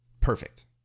perfect